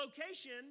location